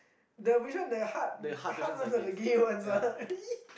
the which one the hard hard ones are the gay ones are !ee!